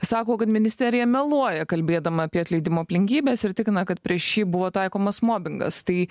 sako kad ministerija meluoja kalbėdama apie atleidimo aplinkybes ir tikina kad prieš jį buvo taikomas mobingas tai